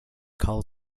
call